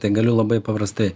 tai galiu labai paprastai